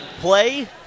play